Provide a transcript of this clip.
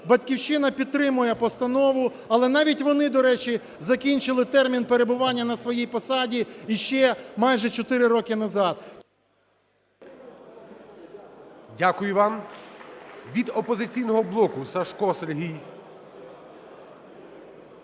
"Батьківщина" підтримує постанову. Але навіть вони, до речі, закінчили термін перебування на своїй посаді ще майже 4 роки назад. ГОЛОВУЮЧИЙ. Дякую вам. Від "Опозиційного блоку" Сажко Сергій.